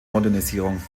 modernisierung